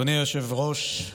אדוני היושב-ראש,